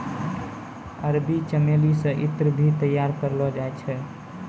अरबी चमेली से ईत्र भी तैयार करलो जाय छै